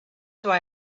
why